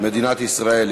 מדינת ישראל).